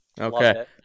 Okay